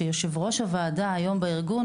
ויושב ראש הוועדה בארגון,